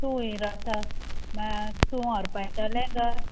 तूं खूंय रावता म्हळ्यार तूं व्हरपा येतोलें काय